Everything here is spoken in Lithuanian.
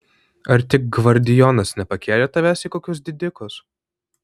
ar tik gvardijonas nepakėlė tavęs į kokius didikus